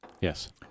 Yes